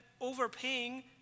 overpaying